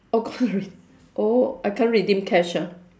oh gone alre~ oh I can't redeem cash ah